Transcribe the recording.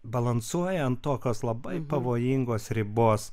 balansuoja ant tokios labai pavojingos ribos